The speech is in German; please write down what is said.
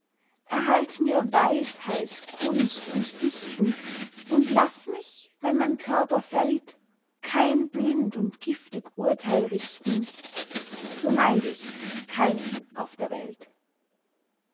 erhalt mir weisheit kunst und dichten und laß mich wenn mein körper fällt kein blind und giftig urteil richten so neid ich keinen auf der welt